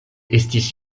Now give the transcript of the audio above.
estis